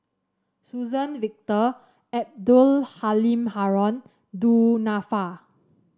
Suzann Victor Abdul Halim Haron Du Nanfa